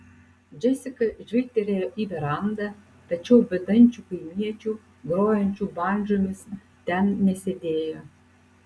džesika žvilgtelėjo į verandą tačiau bedančių kaimiečių grojančių bandžomis ten nesėdėjo